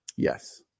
Yes